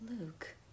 Luke